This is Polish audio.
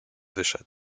wyszedł